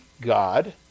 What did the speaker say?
God